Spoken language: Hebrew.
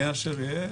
יהי אשר יהי,